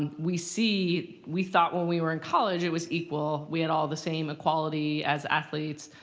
and we see we thought when we were in college it was equal. we had all the same equality as athletes.